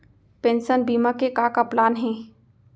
Pension बीमा के का का प्लान हे?